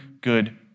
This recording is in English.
good